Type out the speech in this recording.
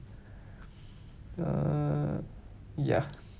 uh ya